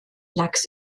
lachs